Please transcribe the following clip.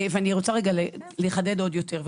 ואני רוצה לחדד עוד יותר.